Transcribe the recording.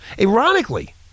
Ironically